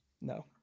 No